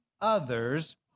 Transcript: others